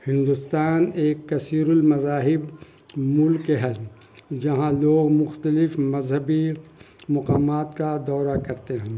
ہندوستان ایک کثیر المذاہب ملک ہے جہاں لوگ مختلف مذہبی مقامات کا دورہ کرتے ہیں